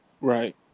Right